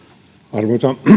arvoisa